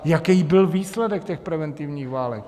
Jaký byl výsledek preventivních válek?